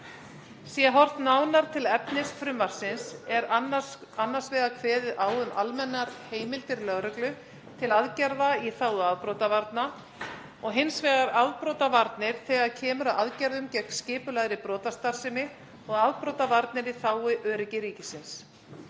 Sé horft nánar til efnis frumvarpsins er annars vegar kveðið á um almennar heimildir lögreglu til aðgerða í þágu afbrotavarna og hins vegar afbrotavarnir þegar kemur að aðgerðum gegn skipulagðri brotastarfsemi og afbrotavarnir í þágu öryggi ríkisins.